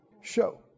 show